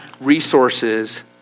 resources